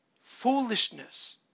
foolishness